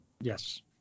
Yes